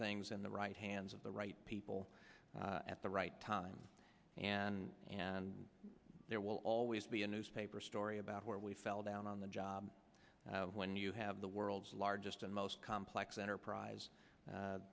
things in the right hands of the right people at the right time and and there will always be a newspaper story about where we fell down on the job when you have the world's largest and most complex enterprise